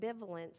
ambivalence